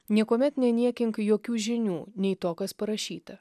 niekuomet neniekink jokių žinių nei to kas parašyta